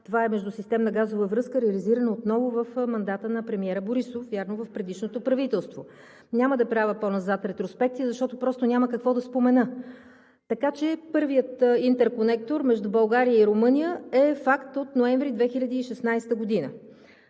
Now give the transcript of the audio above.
това е междусистемна газова връзка, реализирана отново в мандата на премиера Борисов – вярно, в предишното правителство. Няма да правя по-назад ретроспекция, защото просто няма какво да спомена. Така че първият интерконектор между България и Румъния е факт от месец ноември 2016 г.